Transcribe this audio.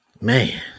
Man